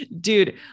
dude